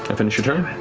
finish your turn?